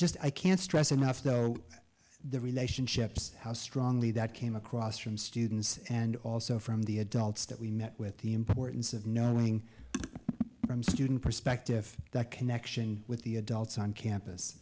just i can't stress enough the relationships how strongly that came across from students and also from the adults that we met with the importance of knowing from student perspective that connection with the adults on campus